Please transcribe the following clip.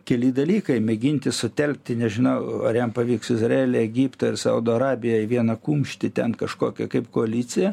keli dalykai mėginti sutelkti nežinau ar jam pavyks izraelį egiptą ir saudo arabiją į vieną kumštį ten kažkokią kaip koaliciją